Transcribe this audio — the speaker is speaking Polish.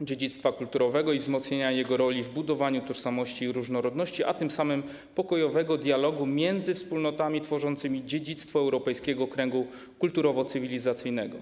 dziedzictwa kulturowego, i wzmocnienia jego roli w budowaniu tożsamości i różnorodności, a tym samym pokojowego dialogu między wspólnotami tworzącymi dziedzictwo europejskiego kręgu kulturowo-cywilizacyjnego.